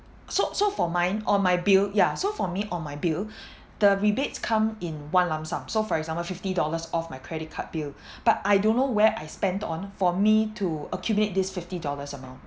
so so for mine on my bill yeah so for me on my bill the rebates come in one lump sum so for example fifty dollars off my credit card bill but I don't know where I spent on for me to accumulate this fifty dollars amount